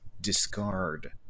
discard